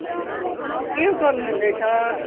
के गर्नु हुँदैछ